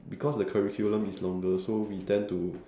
because the curriculum is longer so we tend to